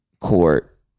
court